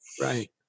Right